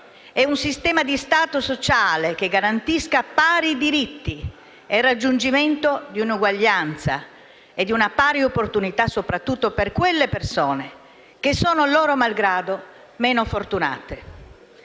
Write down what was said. e un sistema di Stato sociale che garantisca pari diritti e il raggiungimento di un'uguaglianza e di una pari opportunità soprattutto per le persone che, loro malgrado, sono meno fortunate.